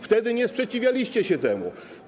Wtedy nie sprzeciwialiście się temu.